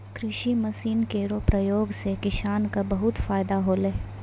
कृषि मसीन केरो प्रयोग सें किसान क बहुत फैदा होलै